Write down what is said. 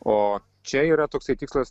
o čia yra toksai tikslas